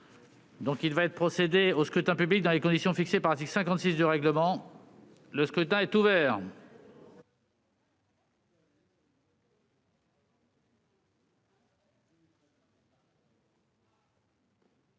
droit. Il va être procédé au scrutin dans les conditions fixées par l'article 56 du règlement. Le scrutin est ouvert.